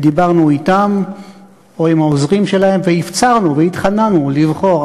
ודיברנו אתם או עם העוזרים שלהם והפצרנו והתחננו לבחור.